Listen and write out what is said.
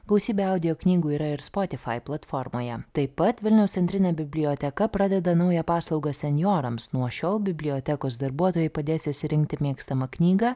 gausybė audio knygų yra ir spotify platformoje taip pat vilniaus centrinė biblioteka pradeda naują paslaugą senjorams nuo šiol bibliotekos darbuotojai padės išsirinkti mėgstamą knygą